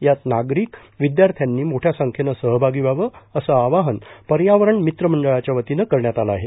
यात नागरिक विद्यार्थ्यांनी मोठ्या संख्येनं सहभागी व्हावं असं आवाहन पर्यावरण मित्र मंडळाच्या वतीनं करण्यात आलं आहे